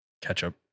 Ketchup